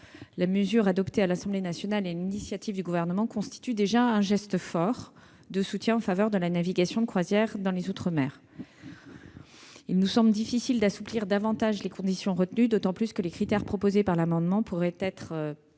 La mesure adoptée à l'Assemblée nationale, sur l'initiative du Gouvernement, représente déjà un geste fort de soutien en faveur de la navigation de croisière dans les outre-mer. Il nous paraît difficile d'assouplir davantage les conditions retenues, d'autant que les critères proposés dans l'amendement pourraient être contournés